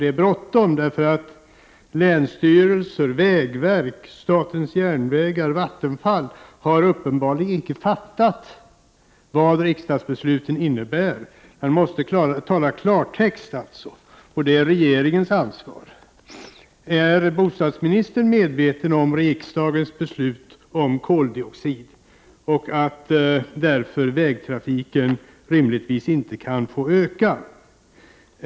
Det är bråttom, därför att länsstyrelserna, vägverket, statens järnvägar och Vattenfall har uppenbarligen inte fattat vad riksdagsbeslutet innebär. Man måste tala klartext, och det är regeringens ansvar. Är bostadsministern medveten om riksdagens beslut om koldioxidutsläppen och att vägtrafiken därför rimligtvis inte kan få öka?